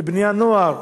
ובני-הנוער,